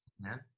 man